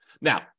Now